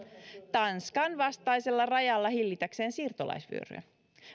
tanskan vastaisella rajalla hillitäkseen siirtolaisvyöryä